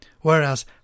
whereas